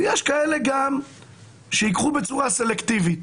ויש כאלה שייקחו בצורה סלקטיבית.